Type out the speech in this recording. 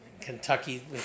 Kentucky